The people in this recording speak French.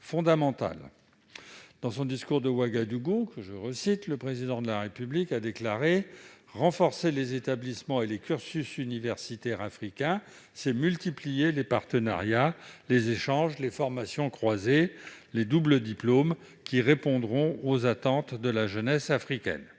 Dans son discours de Ouagadougou, le Président de la République a déclaré :« Renforcer vos établissements et vos cursus universitaires, c'est multiplier les partenariats, les échanges, les formations croisées, les doubles diplômes, qui répondront à vos attentes. » Campus France